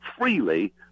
freely